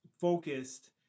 focused